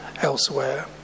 elsewhere